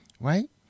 Right